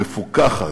מפוקחת,